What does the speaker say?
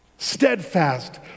Steadfast